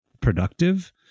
productive